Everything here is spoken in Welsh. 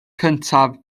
cyntaf